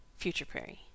futureprairie